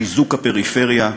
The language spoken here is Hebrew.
חיזוק הפריפריה,